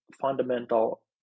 fundamental